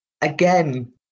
again